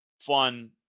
fun